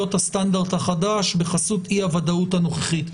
הסטנדרט החדש בחסות אי הוודאות הנוכחית.